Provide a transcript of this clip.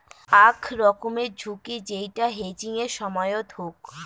আক রকমের ঝুঁকি যেইটা হেজিংয়ের সময়ত হউক